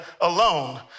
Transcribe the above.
alone